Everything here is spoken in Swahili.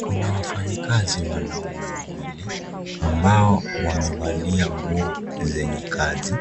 Kuna wafanyaKazi wanaume wawili ambao wamevalia nguo zenye kazi